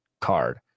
card